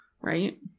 Right